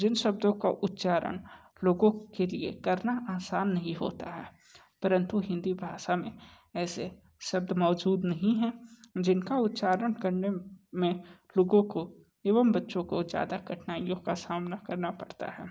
जिन शब्दों का उच्चारण लोगों के लिए करना आसान नहीं होता है परंतु हिंदी भाषा में ऐसे शब्द मौजूद नहीं हैं जिन का उच्चारण करने में लोगों को एवं बच्चों को ज़्यादा कठिनाइयों का सामना करना पड़ता है